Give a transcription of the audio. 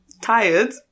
tired